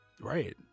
Right